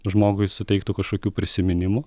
žmogui suteiktų kažkokių prisiminimų